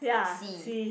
C